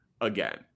again